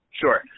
sure